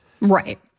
Right